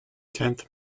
tenth